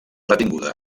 retinguda